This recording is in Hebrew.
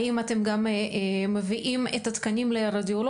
האם אתם גם מביאים את התקנים לרדיולוגים,